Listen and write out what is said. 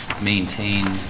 maintain